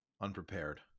unprepared